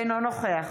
אינו נוכח